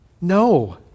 No